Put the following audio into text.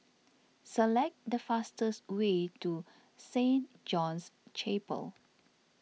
select the fastest way to Saint John's Chapel